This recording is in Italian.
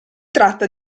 tratta